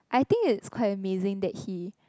I think it's quite amazing that he